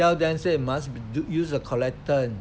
tell them say must use the correct term